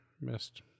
missed